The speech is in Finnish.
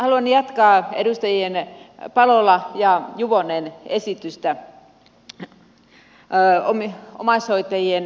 haluan jatkaa edustajien palola ja juvonen esitystä omaishoitajien jaksamisesta